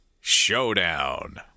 Showdown